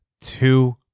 two